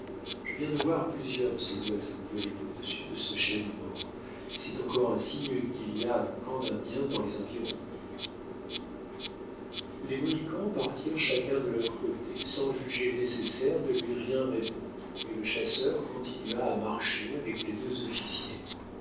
je viens de voir plusieurs de ces oiseaux voler au-dessus de ce chêne mort et c'est encore un signe qu'il y a un camp d'indiens dans les environs les mohicans partirent chacun de leur côté sans juger nécessaire de lui rien répondre et le chasseur continua à marcher avec les deux officiers